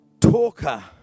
talker